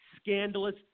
scandalous